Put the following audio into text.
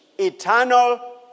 eternal